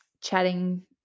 chatting